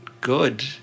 good